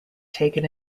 taken